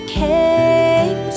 came